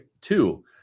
Two